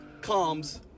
comes